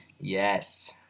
Yes